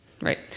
Right